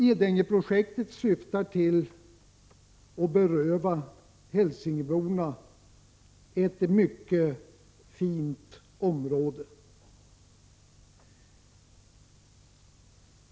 Edängeprojektet syftar till att beröva hälsingeborna ett mycket fint område.